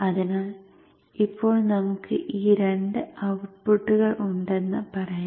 അതിനാൽ ഇപ്പോൾ നമുക്ക് ഈ രണ്ട് ഔട്ട്പുട്ടുകൾ ഉണ്ടെന്ന് പറയാം